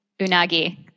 Unagi